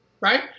right